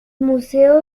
museo